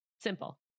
Simple